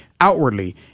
outwardly